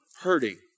hurting